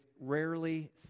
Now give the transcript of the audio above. rarely